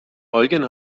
eugen